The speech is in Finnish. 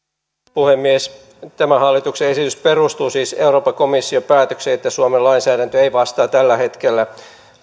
puhemies tämä hallituksen esitys perustuu siis euroopan komission päätökseen että suomen lainsäädäntö ei vastaa tällä hetkellä